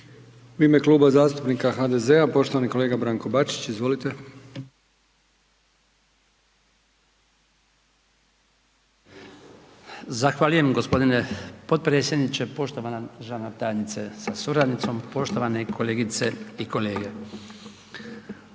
U ime Kluba zastupnika HDZ-a, poštovani kolega Branko Bačić, izvolite. **Bačić, Branko (HDZ)** Zahvaljujem gospodine potpredsjedniče, poštovana državna tajnice sa suradnicom, poštovane kolegice i kolege.